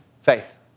faith